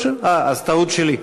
אז טעות שלי.